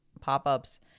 Pop-ups